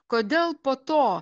kodėl po to